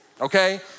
Okay